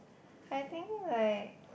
I think like